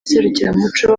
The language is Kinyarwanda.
serukiramuco